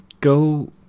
go